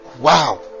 Wow